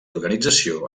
organització